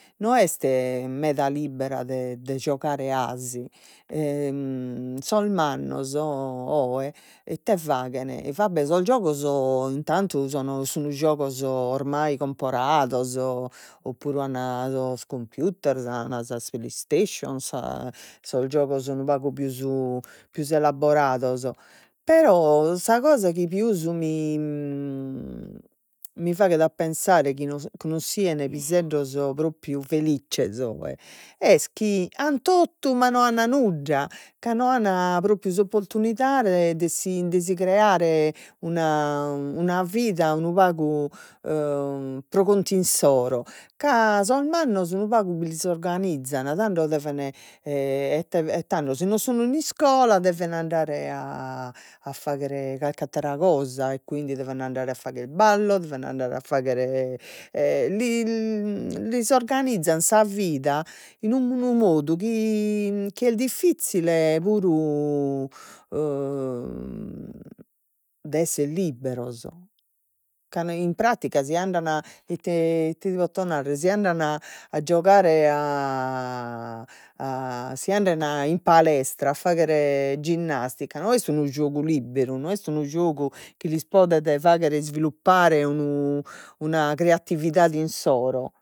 No est meda libbera de de giogare 'asi, sos mannos o oe ite faghen, va be' sos giogos intantu sono sun giogos oramai comporados, o puru an sos computer an sas Play Station sa sos giogos unu pagu pius pius elaborados, però sa cosa chi pius mi faghet a pensare chi no chi non sian piseddos propriu felizzes oe, est chi an totu ma non an nudda, ca non an propriu s'opportunidade, de si de si creare una una vida unu pagu pro cont'insoro, ca sos mannos unu pagu si s'organizzan, tando deven e tando si no sun in iscola deven andare a fagher carchi attera cosa, e quindi deven andare a fagher ballos, deven andare a fagher li lis organizzan sa vida in d'unu modu chi est diffizzile puru de esser libberos, ca an in pratica si andan ite ite ti potto narrer, si andan a giogare a si andan in palestra a fagher ginnastica, no est unu giogu libberu, no est unu giogu chi lis podet fagher isviluppare unu una creatividade insoro.